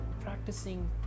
practicing